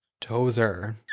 Tozer